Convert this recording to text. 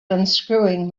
unscrewing